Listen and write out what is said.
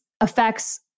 affects